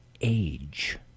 age